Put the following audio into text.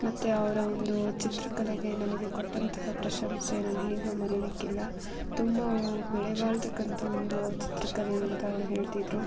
ಮತ್ತು ಅವರ ಒಂದು ಚಿತ್ರಕಲೆಗೆ ನನಗೆ ಕೊಟ್ಟಂತಹ ಪ್ರಶಂಸೆ ನಾನು ಈಗಲೂ ಮರಿಲಿಕ್ಕಿಲ್ಲ ತುಂಬ ಬೆಲೆಬಾಳತಕ್ಕಂಥ ಒಂದು ಚಿತ್ರಕಲೆ ಅಂತ ಅವ್ರು ಹೇಳ್ತಿದ್ರು